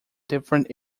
different